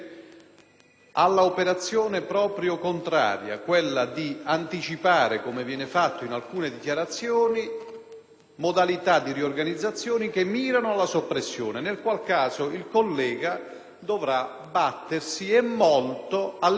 modalità di riorganizzazione che puntano alla soppressione; nel qual caso il collega dovrà battersi, e molto, all'interno di una maggioranza che, mi sembra di capire, ha più volontà di noi nella direzione delle soppressioni.